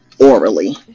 orally